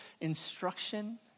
instruction